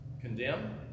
condemn